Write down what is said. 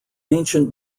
ancient